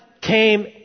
came